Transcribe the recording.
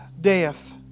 death